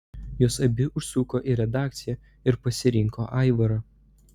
jos abi užsuko į redakciją ir pasirinko aivarą